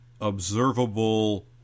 observable